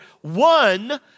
One